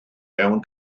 mewn